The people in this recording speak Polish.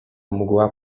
mgła